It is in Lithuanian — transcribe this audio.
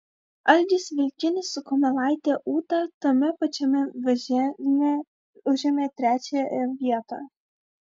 algis vilkinis su kumelaite ūta tame pačiame važiavime užėmė trečiąją vietą